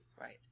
right